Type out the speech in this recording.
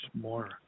more